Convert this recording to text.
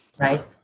right